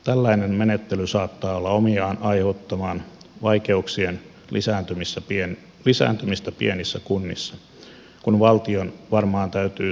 tällainen menettely saattaa olla omiaan aiheuttamaan vaikeuksien lisääntymistä pienissä kunnissa kun valtion varmaan täytyy säästääkin jostain